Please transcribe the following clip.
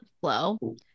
flow